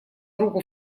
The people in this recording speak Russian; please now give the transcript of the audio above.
руку